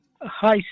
Hi